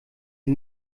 sie